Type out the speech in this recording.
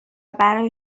برای